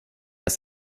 oss